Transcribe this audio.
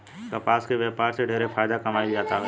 कपास के व्यापार से ढेरे फायदा कमाईल जातावे